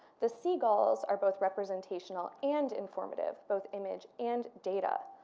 the seagulls are both representational and informative both image and data.